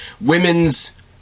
women's